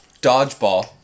dodgeball